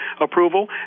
approval